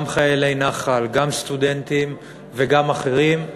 גם חיילי נח"ל, גם סטודנטים וגם אחרים,